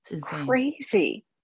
crazy